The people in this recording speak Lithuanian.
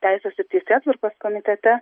teisės ir teisėtvarkos komitete